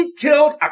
detailed